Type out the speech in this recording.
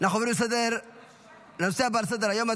אנחנו עוברים לנושא הבא על סדר-היום.